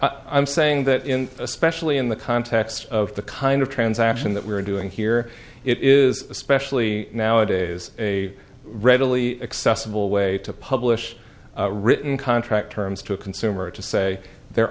i'm saying that in especially in the context of the kind of transaction that we're doing here it is especially nowadays a readily accessible way to publish written contract terms to a consumer to say they're